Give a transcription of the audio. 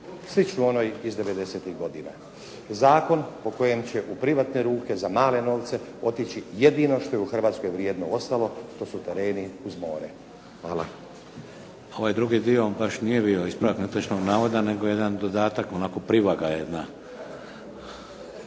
sličnu onoj iz '90-ih godina. Zakon po kojem će u privatne ruke za male novce otići jedino što je u Hrvatskoj vrijedno ostalo to su tereni uz more. Hvala. **Šeks, Vladimir (HDZ)** Hvala. Ovaj drugi dio vam baš nije bio ispravak netočnog navoda nego jedan dodatak, onako privaga jedna.